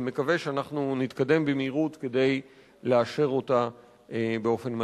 ומקווה שאנחנו נתקדם במהירות כדי לאשר אותה באופן מלא.